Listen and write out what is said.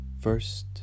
First